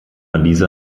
lisa